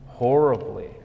horribly